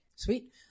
Sweet